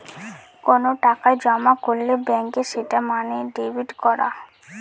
কোনো টাকা জমা করলে ব্যাঙ্কে সেটা মানে ডেবিট করা